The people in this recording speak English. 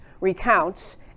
recounts